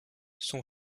son